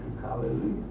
Hallelujah